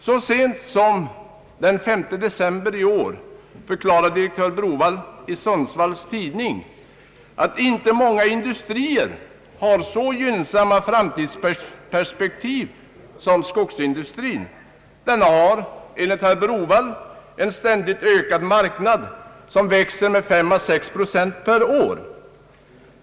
Så sent som den 5 december i år förklarade direktör Browaldh i Sundsvalls Tidning att inte många industrier har så gynnsamma framtidsperspektiv som skogsindustrin, Den har enligt herr Browaldh en ständigt ökad marknad, som växer med 5 å 6 procent per år.